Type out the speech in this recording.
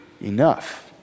enough